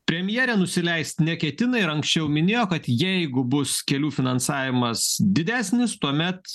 premjerė nusileist neketina ir anksčiau minėjo kad jeigu bus kelių finansavimas didesnis tuomet